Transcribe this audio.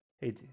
Hey